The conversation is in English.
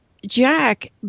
Jack